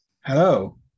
Hello